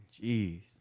Jeez